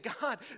God